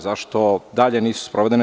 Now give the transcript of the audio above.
Zašto dalje nisu sprovedene?